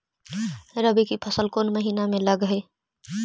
रबी की फसल कोन महिना में लग है?